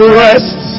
rest